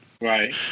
Right